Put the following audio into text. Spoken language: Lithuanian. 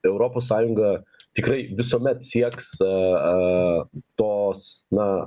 europos sąjunga tikrai visuomet sieks a a tos na